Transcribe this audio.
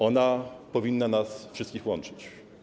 Ona powinna nas wszystkich łączyć.